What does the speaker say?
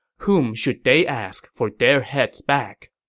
whom should they ask for their heads backs?